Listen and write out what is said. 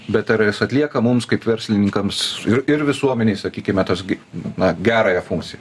bet ar jis atlieka mums kaip verslininkams ir ir visuomenei sakykime tas na gerąją funkciją